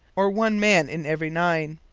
or one man in every nine.